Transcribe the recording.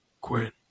Quinn